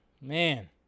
Man